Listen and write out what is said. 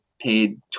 paid